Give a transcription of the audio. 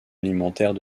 alimentaire